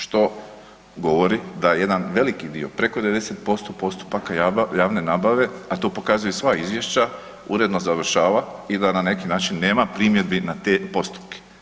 Što govori da jedan veliki dio, preko 90% postupaka javne nabave a to pokazuju sva izvješća, uredno završava i da na neki način primjedbi na te postupke.